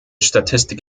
statistik